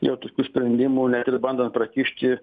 jau tokių sprendimų net ir bandant prakišti